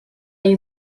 you